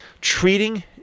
treating